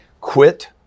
Quit